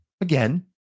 again